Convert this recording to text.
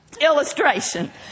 illustration